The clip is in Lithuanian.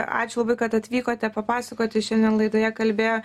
ačiū labai kad atvykote papasakoti šiandien laidoje kalbėjo